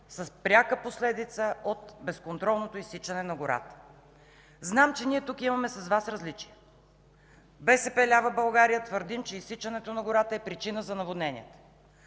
са пряка последица от безконтролното изсичане на гората. Знам, че ние тук с Вас имаме различия. От БСП лява България твърдим, че изсичането на гората е причина за наводненията.